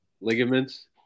ligaments